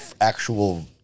actual